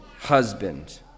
husband